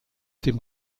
dem